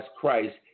Christ